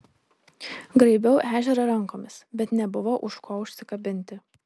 graibiau ežerą rankomis bet nebuvo už ko užsikabinti